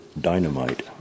dynamite